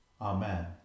Amen